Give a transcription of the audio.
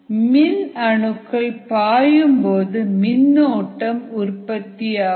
மின் அணுக்கள் பாயும்போது மின்னோட்டம் உற்பத்தியாகும்